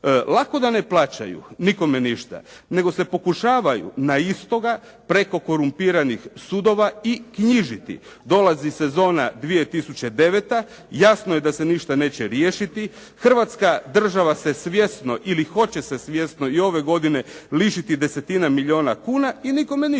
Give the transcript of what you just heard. Lako da ne plaćaju, nikome ništa, nego se pokušavaju na istoga preko korumpiranih sudova i knjižiti. Dolazi sezona 2009. jasno je da se ništa neće riješiti, Hrvatska država se svjesno ili hoće se svjesno i ove godine lišiti desetina milijuna kuna i nikome ništa.